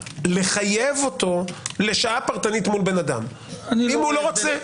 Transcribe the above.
לחייב אותו לשעה פרטנית מול אדם אם הוא לא רוצה.